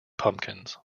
pumpkins